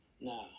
Now